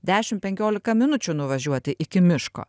dešim penkiolika minučių nuvažiuoti iki miško